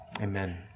Amen